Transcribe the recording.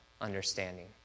understanding